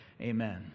Amen